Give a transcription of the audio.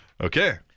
Okay